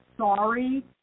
sorry